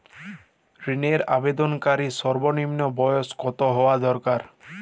ঋণের আবেদনকারী সর্বনিন্ম বয়স কতো হওয়া দরকার?